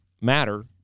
matter